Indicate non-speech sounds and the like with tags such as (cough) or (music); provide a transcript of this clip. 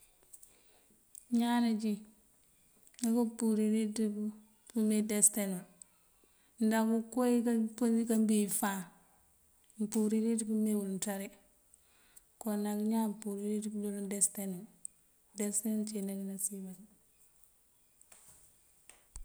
Ñaan najín nako purirëţ pëmee desëteŋ nul ndah ukoowí nënkambí wí fáan (noise) mëmpurir pëmel wul nţari. Kon nak ñaan purir pëdoolan desëteŋ nul. Desëteŋ cína dí nasiyën baţí. (noise)